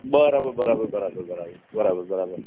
બરાબર બરાબર બરાબર બરાબર બરાબર